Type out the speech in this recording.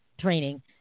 training